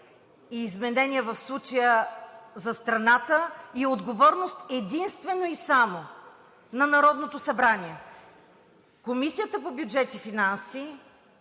за страната, в случая и изменение, и отговорност единствено и само на Народното събрание. В Комисията по бюджет и финанси